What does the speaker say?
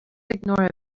ignore